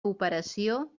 operació